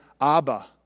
Abba